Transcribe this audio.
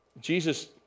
Jesus